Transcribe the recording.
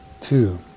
two